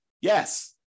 Yes